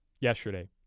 yesterday